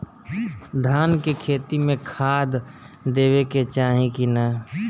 धान के खेती मे खाद देवे के चाही कि ना?